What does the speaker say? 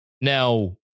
Now